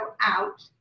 out